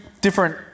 different